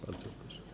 Bardzo proszę.